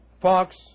Fox